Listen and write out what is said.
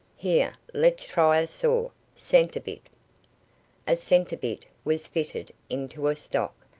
here, let's try a saw. centre-bit! a centre-bit was fitted into a stock,